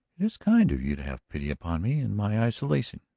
it is kind of you to have pity upon me in my isolation,